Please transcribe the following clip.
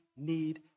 need